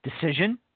decision